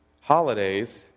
holidays